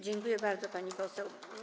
Dziękuję bardzo, pani poseł.